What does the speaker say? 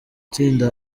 itsinda